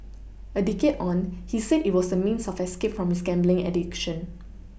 a decade on he said it was a means of escape from his gambling addiction